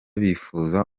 bakifuza